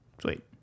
Sweet